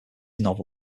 novel